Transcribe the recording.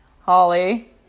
Holly